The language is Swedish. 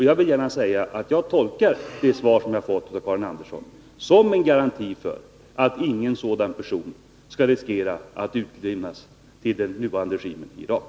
Jag vill gärna säga att jag tolkar det svar som jag har fått av Karin Andersson som en garanti för att ingen sådan person skall riskera att utlämnas till den nuvarande regimen i Iran.